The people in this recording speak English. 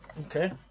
Okay